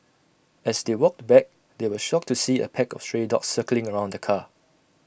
as they walked back they were shocked to see A pack of stray dogs circling around the car